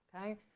Okay